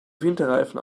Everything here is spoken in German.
winterreifen